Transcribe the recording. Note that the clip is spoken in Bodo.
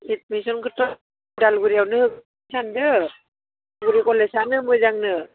एदमिसनखौथ' उदालगुरियावनो सानदों उदालगुरि कलेजानो मोजांनो